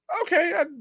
okay